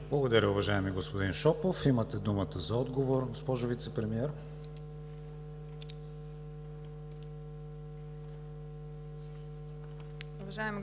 Благодаря, уважаеми господин Шопов. Имате думата за отговор, госпожо Вицепремиер.